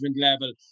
level